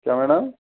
क्या मैडम